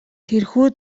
тэрхүү